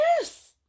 yes